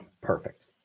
perfect